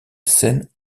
scènes